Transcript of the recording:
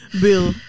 bill